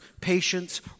patience